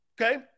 Okay